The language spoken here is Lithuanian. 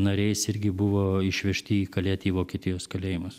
nariais irgi buvo išvežti į kalėti į vokietijos kalėjimus